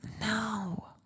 No